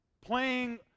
playing